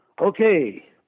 Okay